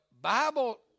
Bible